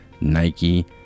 Nike